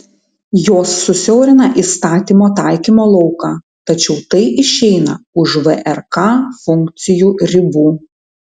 jos susiaurina įstatymo taikymo lauką tačiau tai išeina už vrk funkcijų ribų